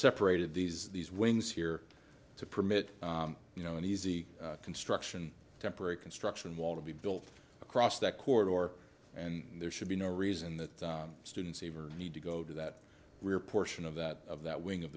separated these these wings here to permit you know an easy construction temporary construction wall to be built across that core door and there should be no reason that students need to go to that rear portion of that of that wing of